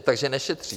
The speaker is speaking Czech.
Takže nešetříte.